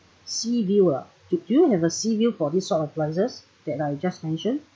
sea view uh do do you have a sea view for this sort of classes that I've just mentioned